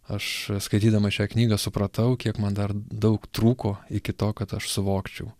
aš skaitydamas šią knygą supratau kiek man dar daug trūko iki to kad aš suvokčiau